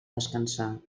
descansar